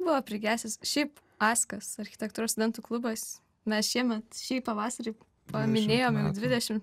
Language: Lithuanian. buvo prigesęs šiaip askas architektūros studentų klubas mes šiemet šį pavasarį paminėjome dvidešimt